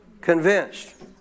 convinced